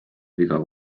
viga